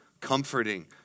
comforting